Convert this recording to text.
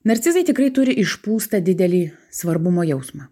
narcizai tikrai turi išpūstą didelį svarbumo jausmą